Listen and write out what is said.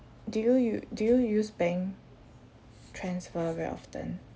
do you you do you use bank transfer very often